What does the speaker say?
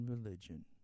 religion